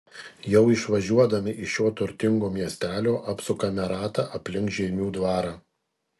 jau išvažiuodami iš šio turtingo miestelio apsukame ratą aplink žeimių dvarą